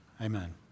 Amen